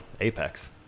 Apex